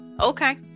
okay